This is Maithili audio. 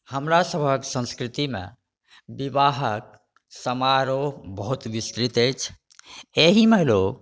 हमरासबके संस्कृतिमे विवाहके समारोह बहुत विस्तृत अछि एहिमे रौ